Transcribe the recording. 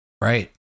Right